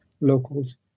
locals